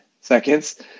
seconds